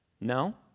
no